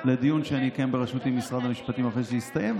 לדיון שאני אקיים בראשותי במשרד המשפטים אחרי שזה יסתיים,